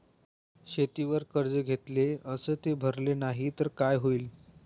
शेतीवर कर्ज घेतले अस ते भरले नाही तर काय होईन?